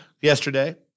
yesterday